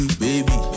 baby